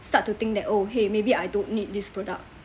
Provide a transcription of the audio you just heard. start to think that oh !hey! maybe I don't need this product